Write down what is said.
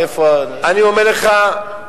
ואיפה, אני אומר לך,